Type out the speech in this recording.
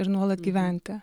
ir nuolat gyventi